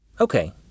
Okay